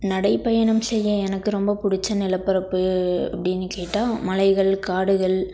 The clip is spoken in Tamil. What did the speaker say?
நடைபயணம் செய்ய எனக்கு ரொம்ப பிடிச்ச நிலப்பரப்பு அப்படின்னு கேட்டால் மலைகள் காடுகள்